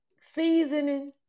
Seasoning